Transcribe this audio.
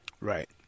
Right